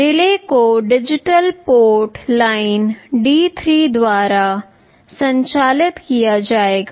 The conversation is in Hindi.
रिले को डिजिटल पोर्ट लाइन D3 द्वारा संचालित किया जाएगा